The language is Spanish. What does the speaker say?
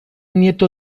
nieto